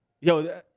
Yo